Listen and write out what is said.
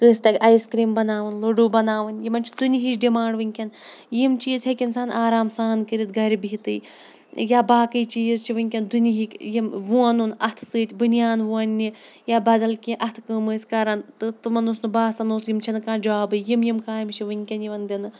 کٲنٛسہِ تَگہِ ice cream بَناوُن لَڈوٗ بَناوٕنۍ یِمَن چھِ دُنہِچ ڈِمانٛڈ وٕنۍکٮ۪ن یِم چیٖز ہیٚکہِ اِنسان آرام سان کٔرِتھ گَرِ بِہِتٕے یا باقٕے چیٖز چھِ وٕنۍکٮ۪ن دُنہیٖکی یِم وونُن اَتھٕ سۭتۍ بٔنیان ووننہِ یا بدل کینٛہہ اَتھٕ کٲم ٲسۍ کَران تہٕ تِمَن اوس نہٕ باسان اوس یِم چھِنہٕ کانٛہہ جابٕے یِم یِم کامہِ چھِ وٕنۍکٮ۪ن یِوان دِنہٕ